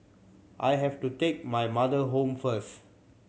I have to take my mother home first